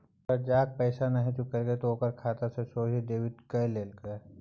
करजाक पैसा नहि चुकेलके त ओकर खाता सँ सोझे डेबिट कए लेलकै